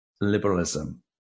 liberalism